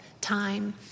time